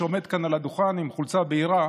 שעומד כאן על הדוכן עם חולצה בהירה,